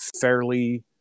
fairly